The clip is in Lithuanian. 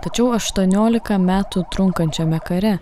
tačiau aštuoniolika metų trunkančiame kare